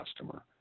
customer